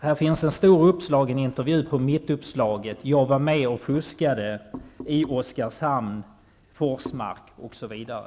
Här finns en stort uppslagen intervju: ''Jag var med och fuskade'' -- i Oskarshamn, Forsmark osv.''